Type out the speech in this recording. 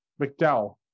McDowell